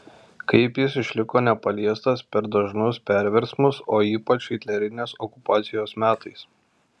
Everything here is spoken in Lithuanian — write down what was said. kaip jis išliko nepaliestas per dažnus perversmus o ypač hitlerinės okupacijos metais